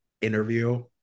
interview